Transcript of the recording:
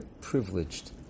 privileged